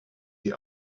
die